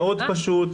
מאוד פשוט.